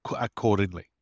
accordingly